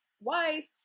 wife